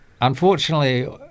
unfortunately